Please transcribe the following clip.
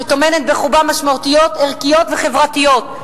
שטומנת בחובה משמעויות ערכיות וחברתיות.